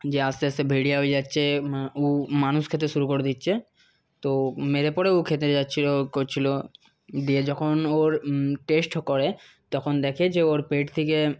যে আস্তে আস্তে ভেড়িয়া হয়ে যাচ্ছে উ মানুষ খেতে শুরু করে দিচ্ছে তো মেরে পরে ও খেতে যাচ্ছিলো করছিলো দিয়ে যখন ওর টেস্ট করে তখন দেখে যে ওর পেট থেকে